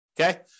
Okay